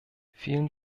vielen